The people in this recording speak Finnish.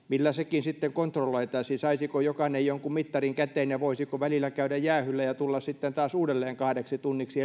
millä sekin sitten kontrolloitaisiin saisiko jokainen jonkun mittarin käteen ja voisiko välillä käydä jäähyllä ja tulla sitten taas uudelleen kahdeksi tunniksi